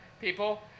people